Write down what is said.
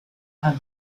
ami